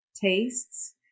tastes